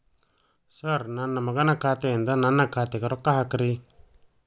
sir ನನ್ನ ಮಗನ ಖಾತೆ ಯಿಂದ ನನ್ನ ಖಾತೆಗ ರೊಕ್ಕಾ ಹಾಕ್ರಿ